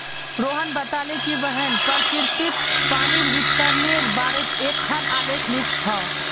रोहण बताले कि वहैं प्रकिरतित पानीर वितरनेर बारेत एकखाँ आलेख लिख छ